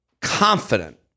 confident